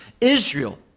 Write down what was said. Israel